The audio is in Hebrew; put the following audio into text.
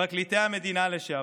פרקליטי המדינה לשעבר,